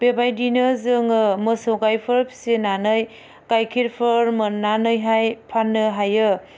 बेबायदिनो जोङो मोसौ गायफोर फिसिनानै गायखेरफोर मोन्नानैहाय फान्नो हायो